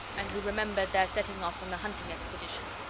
and who remembered their setting off on the hunting expedition.